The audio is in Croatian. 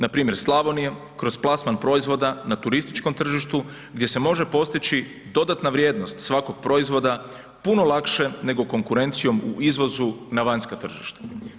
Npr. Slavonija, kroz plasman proizvoda na turističkom tržištu, gdje se može postići dodatna vrijednost svakog proizvoda puno lakše nego konkurencijom u izvozu na vanjska tržišta.